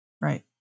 Right